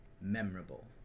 memorable